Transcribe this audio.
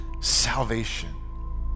salvation